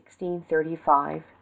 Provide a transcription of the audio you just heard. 1635